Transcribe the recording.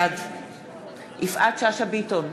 בעד יפעת שאשא ביטון,